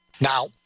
Now